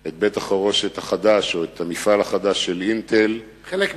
את בית-החרושת החדש או את המפעל החדש של "אינטל" חלק מהמפגינים.